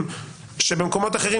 שבמקומות אחרים,